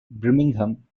birmingham